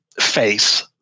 face